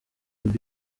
not